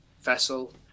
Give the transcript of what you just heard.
vessel